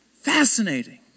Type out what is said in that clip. Fascinating